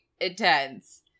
intense